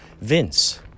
Vince